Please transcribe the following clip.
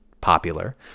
popular